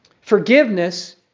Forgiveness